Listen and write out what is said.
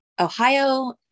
Ohio